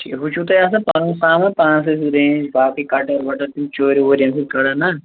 ٹھیٖک ہُو چھُو تۅہہِ آسان پَنُن سامان پانسٕے ریج باقٕے کٹر وَٹر تِم چوٗرِ ووٗرِ ییٚمہِ سۭتۍ کرن نا